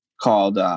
called